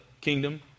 kingdom